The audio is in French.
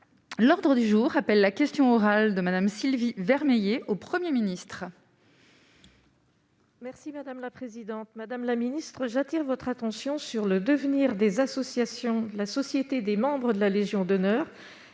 l'ordre du jour appelle la question orale de Madame Sylvie Vermeillet au 1er ministre. Merci madame la présidente, madame la ministre, j'attire votre attention sur le devenir des associations, la société des membres de la Légion d'honneur